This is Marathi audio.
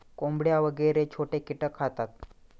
कोंबड्या वगैरे छोटे कीटक खातात